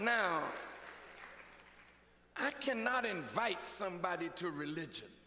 now i cannot invite somebody to religion